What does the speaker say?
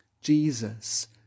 Jesus